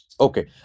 Okay